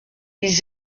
ils